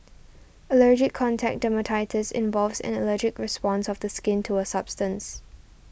allergic contact dermatitis involves an allergic response of the skin to a substance